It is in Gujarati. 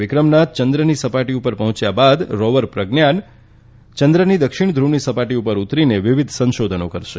વિક્રમના ચંદ્રની સપાટી પર પહોચ્યા બાદ રોવર પ્રજ્ઞાન ચંદ્રની દક્ષિણ ધૂવની સપાટી પર ઉતરીને વિવિધ સંશોધનો કરશે